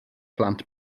plant